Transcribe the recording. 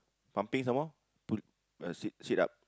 pumping some more pul~ uh sit sit up